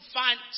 find